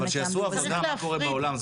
אבל שיעשו עבודה לגבי מה קורה בעולם.